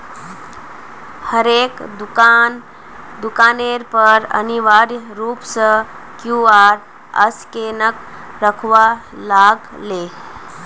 हरेक दुकानेर पर अनिवार्य रूप स क्यूआर स्कैनक रखवा लाग ले